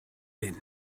din